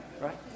Right